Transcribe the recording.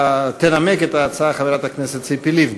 תנמק את ההצעה חברת הכנסת ציפי לבני.